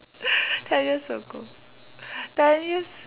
ten years ago ten years